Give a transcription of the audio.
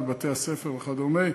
לבתי-הספר וכדומה,